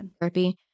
therapy